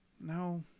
No